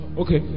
okay